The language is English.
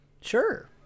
sure